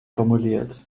formuliert